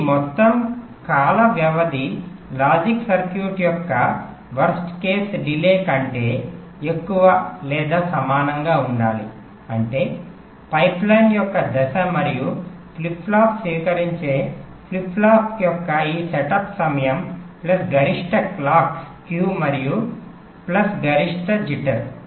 మీ మొత్తం కాల వ్యవధి లాజిక్ సర్క్యూట్ యొక్క వరస్ట్ కేసు డిలే కంటే ఎక్కువ లేదా సమానంగా ఉండాలి అంటే పైప్లైన్ యొక్క దశ మరియు ఫ్లిప్ ఫ్లాప్ స్వీకరించే ఫ్లిప్ ఫ్లాప్ యొక్క ఈ సెట్ సమయం ప్లస్ గరిష్ట క్లాక్ skew మరియు ప్లస్ గరిష్ట జిట్టర్